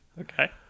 Okay